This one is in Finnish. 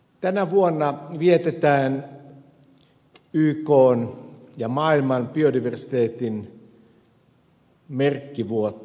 tänä vuonna vietetään ykn ja maailman biodiversiteetin merkkivuotta